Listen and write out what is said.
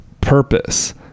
purpose